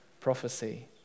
prophecy